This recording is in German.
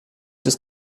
des